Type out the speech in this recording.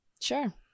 Sure